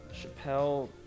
Chappelle